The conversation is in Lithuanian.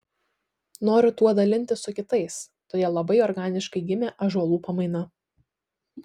noriu tuo dalintis su kitais todėl labai organiškai gimė ąžuolų pamaina